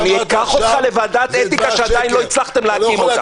אני אקח אותך לוועדת אתיקה שעדיין לא הצלחתם להקים.